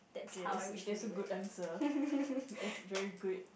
okay that's that's a good answer that's very good